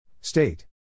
State